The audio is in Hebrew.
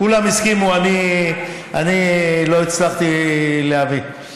כולם הסכימו, אני לא הצלחתי להביא.